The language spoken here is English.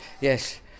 yes